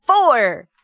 four